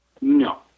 No